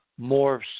morphs